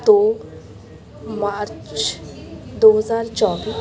ਦੋ ਮਾਰਚ ਦੋ ਹਜ਼ਾਰ ਚੌਵੀ